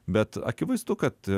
bet akivaizdu kad